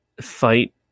fight